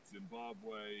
Zimbabwe